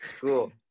Cool